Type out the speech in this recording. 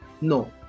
No